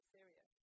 Syria